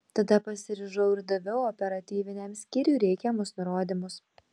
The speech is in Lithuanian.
tada pasiryžau ir daviau operatyviniam skyriui reikiamus nurodymus